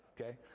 Okay